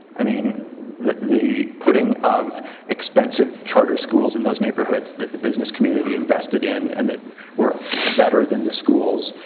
i mean, the the putting of expensive charter schools in those neighbourhoods that the business community invested in and that were better than the schools.